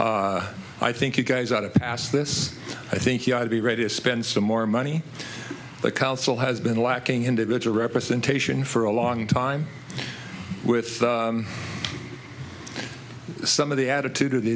nine i think you guys out of gas this i think you ought to be ready to spend some more money but council has been lacking individual representation for a long time with some of the attitude of the